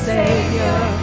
Savior